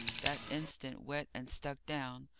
that instant wet and stuck down,